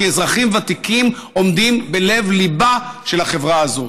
כי אזרחים ותיקים עומדים בלב-ליבה של החברה הזאת.